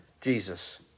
Jesus